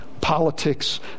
politics